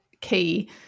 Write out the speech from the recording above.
key